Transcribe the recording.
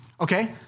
okay